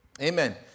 Amen